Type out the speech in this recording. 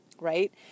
Right